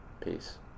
Peace